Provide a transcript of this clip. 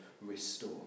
restore